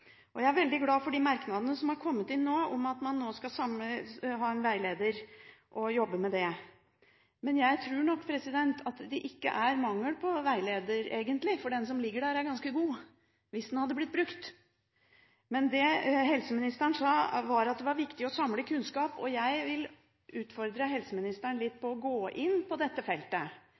helseproblem. Jeg er veldig glad for de merknadene som er kommet inn om at man nå skal ha en veileder, og jobbe med det. Men jeg tror ikke at det er mangel på veileder egentlig, for den som finnes, er ganske god, hvis den hadde blitt brukt. Men helseministeren sa at det var viktig å samle kunnskap, og jeg vil utfordre helseministeren litt på det å gå inn i dette feltet.